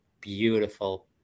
Beautiful